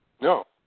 No